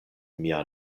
mia